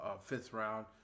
fifth-round